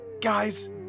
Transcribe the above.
Guys